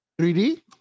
3D